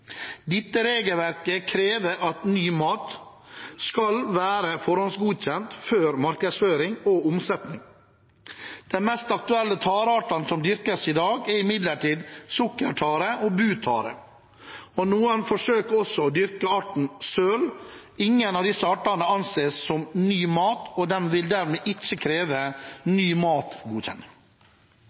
Dette regelverket krever at ny mat skal være forhåndsgodkjent før markedsføring og omsetning. De mest aktuelle tareartene som dyrkes i dag, er imidlertid sukkertare og butare – og noen forsøker også å dyrke arten søl. Ingen av disse artene anses som ny mat, og de vil dermed ikke kreve ny